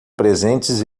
presentes